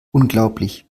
unglaublich